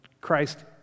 Christ